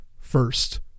first